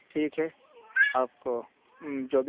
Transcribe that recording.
ٹھیک ہے آپ کو جو بھی